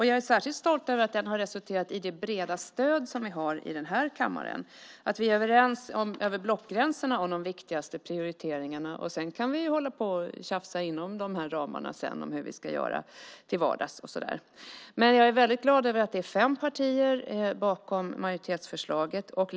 Jag är särskilt stolt över att processen har resulterat i det breda stöd som vi har i denna kammare. Över blockgränser är vi överens om de viktigaste prioriteringarna - sedan kan vi hålla på och tjafsa inom ramarna om hur vi ska göra till vardags eller så. Jag är väldigt glad över att fem partier står bakom majoritetsförslaget.